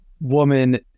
woman